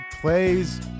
plays